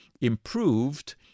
improved